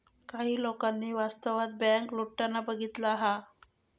काही लोकांनी वास्तवात बँक लुटताना बघितला हा